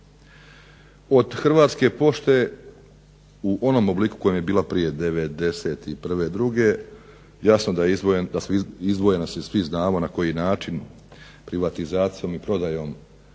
Od Hrvatske pošte u onom obliku kojem je bila prije '91., druge jasno da su izdvojena svi znamo na koji način privatizacijom i prodajom